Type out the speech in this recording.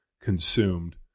consumed